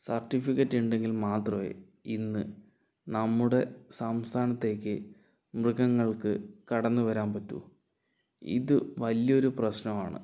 certificate ഉണ്ടെങ്കിൽ മാത്രമേ ഇന്ന് നമ്മുടെ സംസ്ഥാനത്തേക്ക് മൃഗങ്ങൾക്ക് കടന്ന് വരാൻ പറ്റൂ ഇത് വലിയ ഒരു പ്രശ്നമാണ്